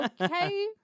okay